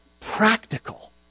practical